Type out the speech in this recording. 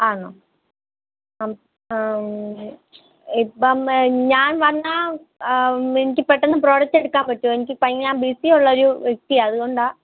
ആന്നോ ഇപ്പം ഞാൻ വന്നാൾ എനിക്ക് പെട്ടെന്ന് പ്രോഡക്റ്റ് എടുക്കാൻ പറ്റുമോ എനിക്ക് ഞാൻ ബിസി ഉള്ള ഒരു വ്യക്തിയാണ് അതുകൊണ്ടാണ്